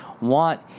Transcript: want